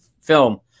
film